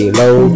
low